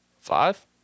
five